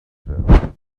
desert